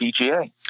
PGA